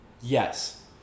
Yes